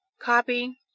copy